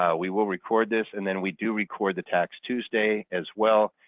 um we will record this and then we do record the tax tuesday as well.